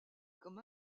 comme